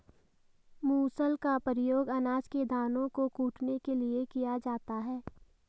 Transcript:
मूसल का प्रयोग अनाज के दानों को कूटने के लिए किया जाता है